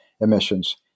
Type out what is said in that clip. emissions